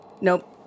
Nope